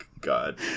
god